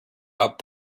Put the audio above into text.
about